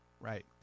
Right